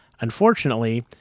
Unfortunately